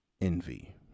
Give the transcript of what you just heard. envy